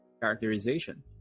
characterization